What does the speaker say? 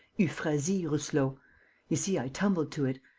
euphrasie rousselot. you see, i tumbled to it!